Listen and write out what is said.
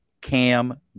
Cam